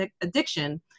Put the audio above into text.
addiction